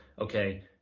okay